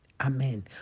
amen